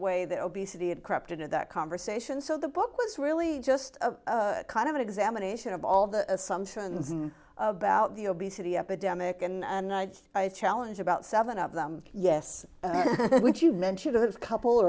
way that obesity had crept into that conversation so the book was really just a kind of an examination of all the assumptions about the obesity epidemic and i challenge about seven of them yes which you mentioned a couple